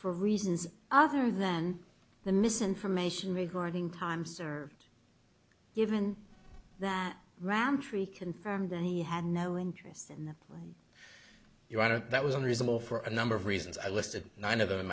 for reasons other than the misinformation regarding time served given that roundtree confirmed that he had no interest in the you want it that was unreasonable for a number of reasons i listed none of them in